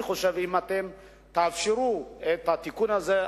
ואני חושב שאם תאפשרו את התיקון הזה,